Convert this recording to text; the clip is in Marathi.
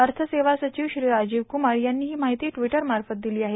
अर्थ सेवा संचिव श्री राजीव क्रमार यांनी ही माहिती टिवटटमार्फत दिली आहे